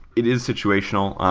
it is situational,